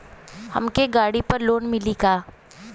हमके गाड़ी पर लोन मिली का?